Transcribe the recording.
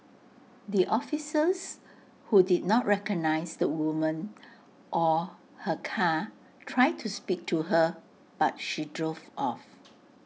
the officers who did not recognise the woman or her car tried to speak to her but she drove off